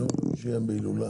דברו עם המרכז